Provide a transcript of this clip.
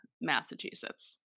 Massachusetts